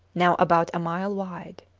now about a mile wide.